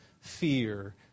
fear